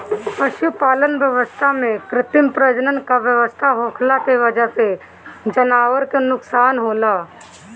पशुपालन व्यवस्था में कृत्रिम प्रजनन क व्यवस्था होखला के वजह से जानवरन क नोकसान होला